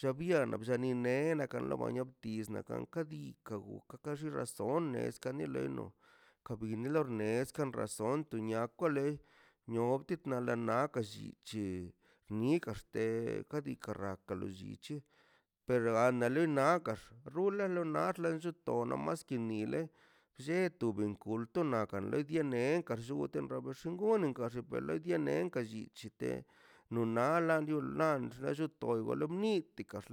Llabiano ll ani le anakn dikan but diika00 lle razones kabine lo rnexscan kuniak kale tit bane lewka llichi ni ni gaxten ka di ka lo llichi pero andale na axt naxa te lo nada an lox tol te llote ben kulto na per lena yee dada xangunin xa tianenkan lli no nala lia latex